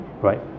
right